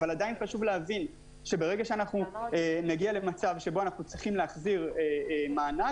אבל עדיין חשוב להבין שברגע שנצטרך להחזיר מקדמות,